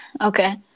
Okay